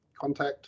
contact